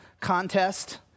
contest